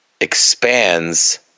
expands